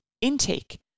intake